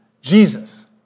Jesus